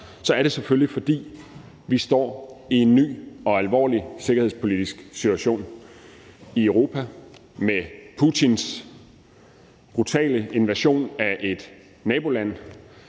så er det selvfølgelig, fordi vi står i en ny og alvorlig sikkerhedspolitisk situation i Europa. Med Putins brutale invasion af et naboland